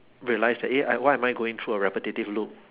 realise that eh I why am I going through a repetitive loop